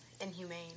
inhumane